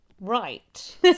Right